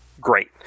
great